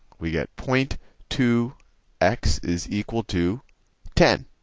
we got point two x is equal to ten.